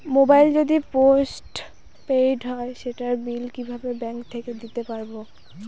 Mobile যদি post paid হয় সেটার বিল কিভাবে ব্যাংক থেকে দিতে পারব?